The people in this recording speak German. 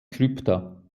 krypta